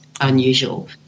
unusual